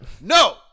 No